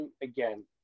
again